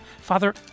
Father